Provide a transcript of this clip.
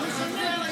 נתקבלה.